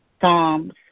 Psalms